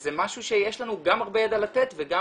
וזה משהו שיש לנו גם הרבה ידע לתת וגם